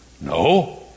No